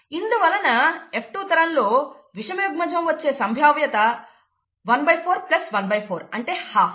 ఇందువలన F2 తరంలో విషమయుగ్మజము వచ్చే సంభావ్యత ¼ ¼ అంటే హాఫ్